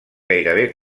gairebé